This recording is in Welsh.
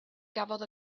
gafodd